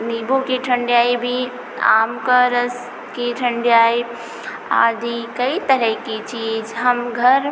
नींबू की ठंडाई भी आम के रस की ठंडाई आदि कई तरह की चीज़ हम घर